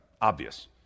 obvious